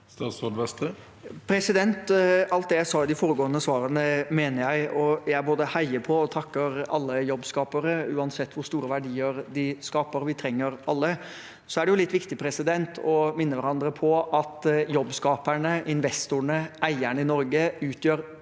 Alt det jeg sa i de foregående svarene, mener jeg, og jeg både heier på og takker alle jobbskapere uansett hvor store verdier de skaper. Vi trenger alle. Det er litt viktig å minne hverandre på at jobbskaperne, investorene og eierne i Norge utgjør